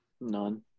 None